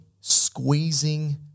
squeezing